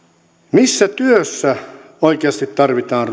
missä työssä oikeasti tarvitaan